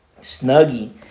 Snuggie